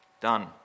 done